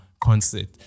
concert